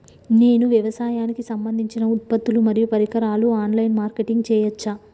నేను వ్యవసాయానికి సంబంధించిన ఉత్పత్తులు మరియు పరికరాలు ఆన్ లైన్ మార్కెటింగ్ చేయచ్చా?